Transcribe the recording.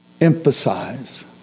emphasize